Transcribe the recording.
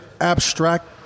abstract